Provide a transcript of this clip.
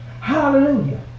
Hallelujah